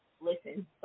listen